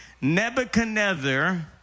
Nebuchadnezzar